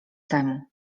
temu